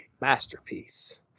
Masterpiece